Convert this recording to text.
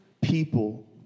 people